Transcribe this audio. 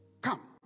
Come